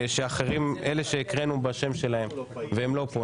אלה שהקראנו בשם שלהם והם לא פה,